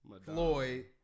Floyd